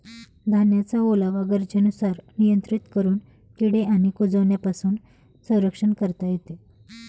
धान्याचा ओलावा गरजेनुसार नियंत्रित करून किडे आणि कुजण्यापासून संरक्षण करता येते